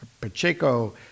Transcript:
Pacheco